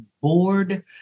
board